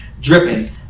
dripping